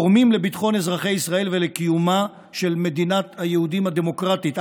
תורמים לביטחון אזרחי ישראל ולקיומה של מדינת היהודים הדמוקרטית,